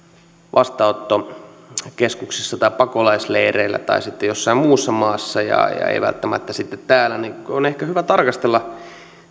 vastaanottokeskuksissa tai pakolaisleireillä tai sitten jossain muussa maassa ja ei välttämättä sitten täällä niin on ehkä hyvä tarkastella